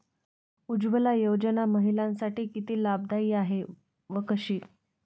उज्ज्वला योजना महिलांसाठी किती लाभदायी आहे व कशी?